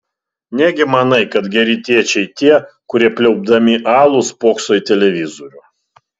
negi manai kad geri tėčiai tie kurie pliaupdami alų spokso į televizorių